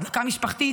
הדלקה משפחתית,